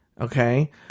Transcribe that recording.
Okay